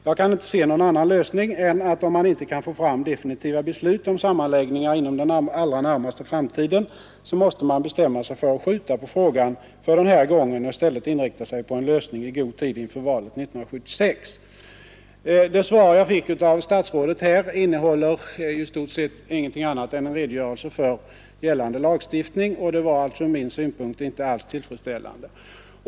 Jag kan inte se någon annan utväg om man inte kan få fram definitiva beslut om sammanläggningar inom den allra närmaste tiden, än att man måste bestämma sig för att skjuta på frågan för den här gången och i stället inrikta sig på en lösning i god tid inför valet 1976. Det svar jag fick av statsrådet innehåller i stort sett ingenting annat än en redogörelse för gällande lagstiftning, och det var således ut min synpunkt inte alls tillfredsställande.